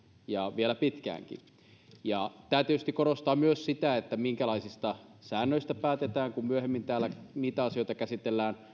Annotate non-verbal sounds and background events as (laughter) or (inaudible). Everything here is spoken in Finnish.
ja vielä pitkäänkin tämä tietysti korostaa myös sitä minkälaisista säännöistä päätetään kun myöhemmin täällä niitä asioita käsitellään (unintelligible)